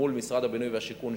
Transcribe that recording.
מול משרד הבינוי והשיכון,